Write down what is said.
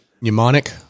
mnemonic